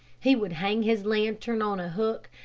he would hang his lantern on a hook,